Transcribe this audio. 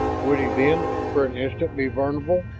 would he, then, for an instant be vulnerable?